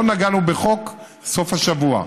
לא נגענו בחוק סוף השבוע.